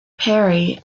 perry